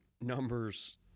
numbers